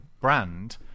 brand